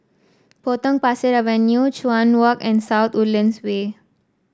Potong Pasir Avenue Chuan Walk and South Woodlands Way